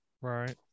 Right